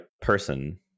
person